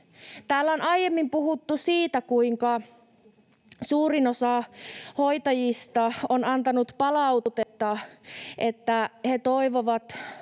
Täällä on aiemmin puhuttu siitä, kuinka suurin osa hoitajista on antanut palautetta, että he toivovat